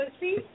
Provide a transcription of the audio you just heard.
please